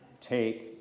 Take